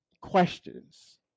questions